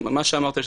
מה שאמרת,